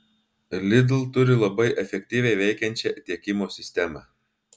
lidl turi labai efektyviai veikiančią tiekimo sistemą